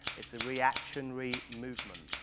it's a reactionary movement,